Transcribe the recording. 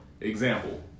Example